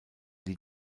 die